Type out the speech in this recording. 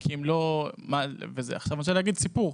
אני רוצה להגיד סיפור,